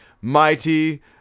mighty